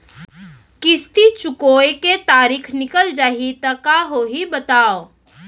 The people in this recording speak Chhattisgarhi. किस्ती चुकोय के तारीक निकल जाही त का होही बताव?